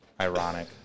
Ironic